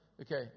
Okay